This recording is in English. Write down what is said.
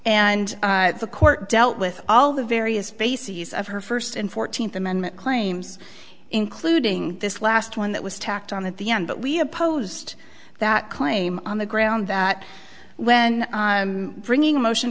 and the court dealt with all the various bases of her first and fourteenth amendment claims including this last one that was tacked on at the end but we opposed that claim on the ground that when bringing a motion